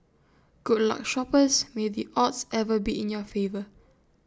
good luck shoppers may the odds ever be in your favour